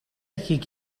ихийг